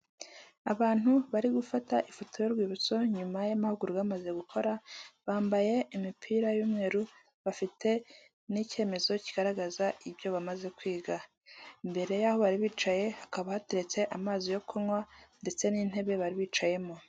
Abantu bari gufata ifoto y'urwibutso nyuma y'amahugurwa bamaze gukora bambaye imipira y'umweru bafite n'icyemezo kigaragaza ibyo bamaze kwiga, imbere yaho bari bicaye hakaba hateretse amazi yo kunywa ndetse n'intebe bari bicayemo.